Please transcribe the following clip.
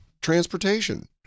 transportation